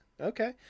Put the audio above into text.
okay